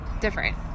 different